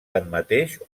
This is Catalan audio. tanmateix